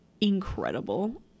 incredible